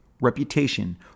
reputation